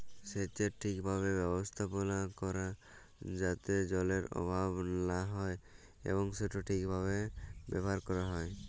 সেচের ঠিকভাবে ব্যবস্থাপালা ক্যরা যাতে জলের অভাব লা হ্যয় এবং সেট ঠিকভাবে ব্যাভার ক্যরা হ্যয়